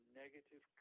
negative